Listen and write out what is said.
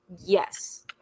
yes